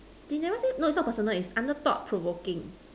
they never say no is not personal is under thought provoking